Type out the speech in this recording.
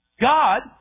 God